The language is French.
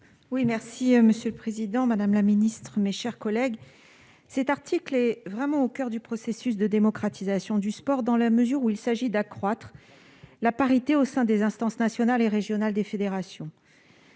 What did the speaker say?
l'article. Monsieur le président, madame la ministre, mes chers collègues, cet article est vraiment au coeur du processus de démocratisation du sport, dans la mesure où il s'agit d'accroître la parité au sein des instances nationales et régionales des fédérations.